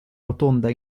rotonda